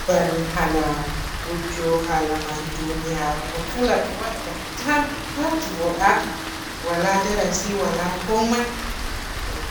mbal, haala gojju, haala mai duniyaru kala be waadata tan pat vodaka waala darasi, waala komai hmm.